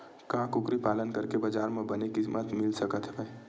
का कुकरी पालन करके बजार म बने किमत मिल सकत हवय?